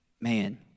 Man